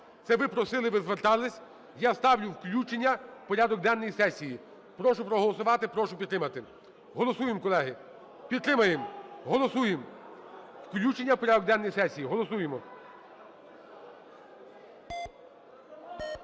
Це ви просили, ви звертались. Я ставлю включення в порядок денний сесії. Прошу проголосувати, прошу підтримати. Голосуємо, колеги. Підтримаємо. Голосуємо включення в порядок денний сесії. Голосуємо.